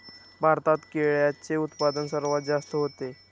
भारतात केळ्यांचे उत्पादन सर्वात जास्त होते